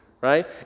right